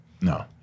No